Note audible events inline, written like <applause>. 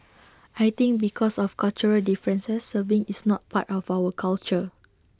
<noise> I think because of cultural differences serving is not part of our culture